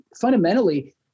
fundamentally